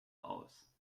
aus